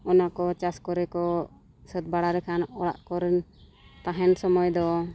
ᱚᱱᱟ ᱠᱚ ᱪᱟᱥ ᱠᱚᱨᱮ ᱠᱚ ᱥᱟᱹᱛ ᱵᱟᱲᱟ ᱞᱮᱠᱷᱟᱱ ᱚᱲᱟᱜ ᱠᱚᱨᱮᱱ ᱛᱟᱦᱮᱱ ᱥᱚᱢᱚᱭ ᱫᱚ